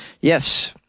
Yes